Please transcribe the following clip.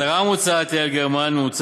ההסדרה המוצעת, יעל גרמן, לא,